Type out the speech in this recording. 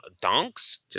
donks